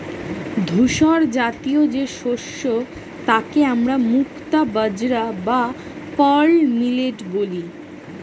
ধূসরজাতীয় যে শস্য তাকে আমরা মুক্তা বাজরা বা পার্ল মিলেট বলি